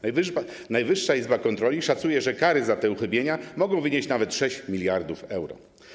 Najwyższa Izba Kontroli szacuje, że kary za te uchybienia mogą wynieść nawet 6 mld euro.